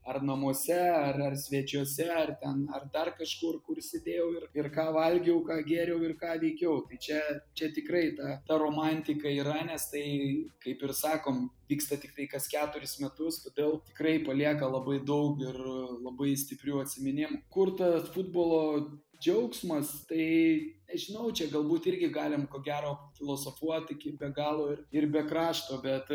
ar namuose ar ar svečiuose ar ten ar dar kažkur kur sėdėjau ir ir ką valgiau ką gėriau ir ką veikiau tai čia čia tikrai ta ta romantika yra nes tai kaip ir sakom vyksta tiktai kas keturis metus todėl tikrai palieka labai daug ir labai stiprių atsiminimų kur tas futbolo džiaugsmas tai nežinau čia galbūt irgi galim ko gero filosofuot taip be galo ir ir be krašto bet